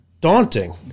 daunting